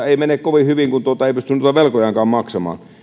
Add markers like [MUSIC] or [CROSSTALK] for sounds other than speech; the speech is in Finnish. [UNINTELLIGIBLE] ei mene kovin hyvin kun ei pysty noita velkojaankaan maksamaan